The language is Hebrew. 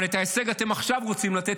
אבל את ההישג אתם עכשיו רוצים לתת,